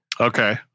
Okay